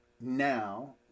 Now